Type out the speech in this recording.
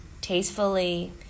tastefully